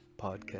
podcast